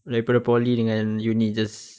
daripada poly dengan uni just